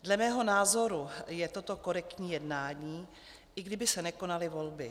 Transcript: Dle mého názoru je toto korektní jednání, i kdyby se nekonaly volby.